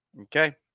Okay